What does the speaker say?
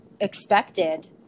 expected